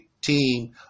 team